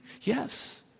Yes